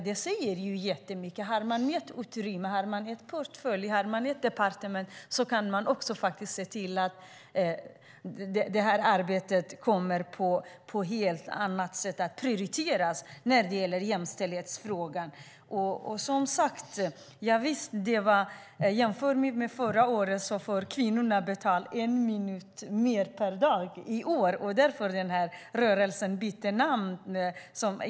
Den som har ett utrymme, en portfölj och ett departement kan se till att detta arbete prioriteras på ett helt annat sätt när det gäller jämställdhetsfrågan. Jämfört med förra året får kvinnorna betalt en minut mer per dag i år, och därför bytte rörelsen namn.